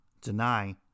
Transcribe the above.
deny